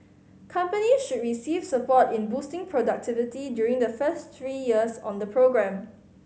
companies should receive support in boosting productivity during the first three years on the programme